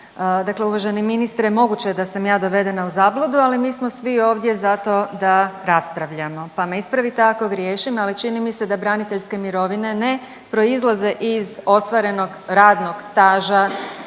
Dakle, uvaženi ministre moguće je da sam ja dovedena u zabludu, ali mi smo svi ovdje zato da raspravljamo, pa me ispravite ako griješim. Ali čini mi se da braniteljske mirovine ne proizlaze iz ostvarenog radnog staža